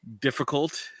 difficult